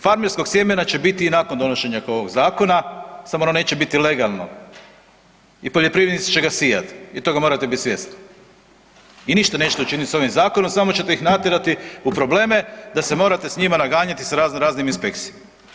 Farmerskog sjemena će biti i nakon donošenja ovog zakona samo ono neće biti legalno i poljoprivrednici će ga sijat i toga morate bit svjesni i ništa nećete učiniti s ovim zakonom, samo ćete ih natjerati u probleme da se morate s njima naganjati s razno raznim inspekcijama.